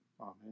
Amen